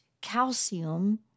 calcium